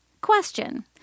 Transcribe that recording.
Question